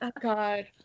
God